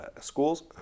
schools